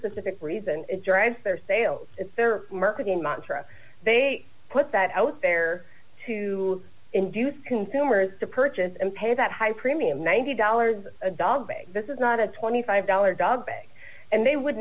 specific reason it drives their sales it's their marketing mantra they put that out there to induce consumers to purchase and pay that high premium ninety dollars a dog this is not a twenty five dollars dog and they would